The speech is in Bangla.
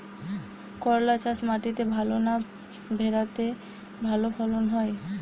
করলা চাষ মাটিতে ভালো না ভেরাতে ভালো ফলন হয়?